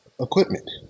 equipment